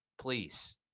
Please